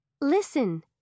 Listen